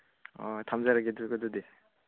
ꯑꯣ ꯊꯝꯖꯔꯒꯦ ꯑꯗꯨꯒꯗꯤ